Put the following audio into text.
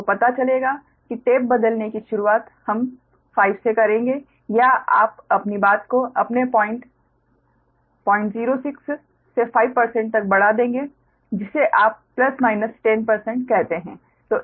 आपको पता चलेगा कि टैप बदलने की शुरुआत हम 5 से करेंगे या आप अपनी बात को अपने पॉइंट 06 से 5 तक बढ़ा देंगे जिसे आप ±10 कहते हैं